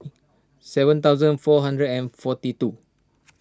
seven thousand four hundred and forty two